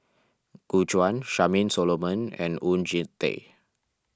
Gu Juan Charmaine Solomon and Oon Jin Teik